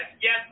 yes